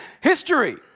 history